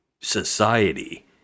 Society